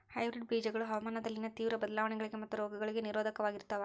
hybrid ಬೇಜಗಳು ಹವಾಮಾನದಲ್ಲಿನ ತೇವ್ರ ಬದಲಾವಣೆಗಳಿಗೆ ಮತ್ತು ರೋಗಗಳಿಗೆ ನಿರೋಧಕವಾಗಿರ್ತವ